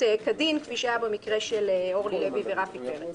כדין כפי שהיה במקרה של אורלי לוי ורפי פרץ.